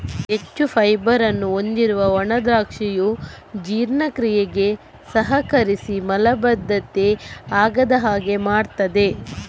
ಹೆಚ್ಚು ಫೈಬರ್ ಅನ್ನು ಹೊಂದಿರುವ ಒಣ ದ್ರಾಕ್ಷಿಯು ಜೀರ್ಣಕ್ರಿಯೆಗೆ ಸಹಕರಿಸಿ ಮಲಬದ್ಧತೆ ಆಗದ ಹಾಗೆ ಮಾಡ್ತದೆ